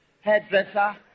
hairdresser